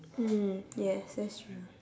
mm yes that's true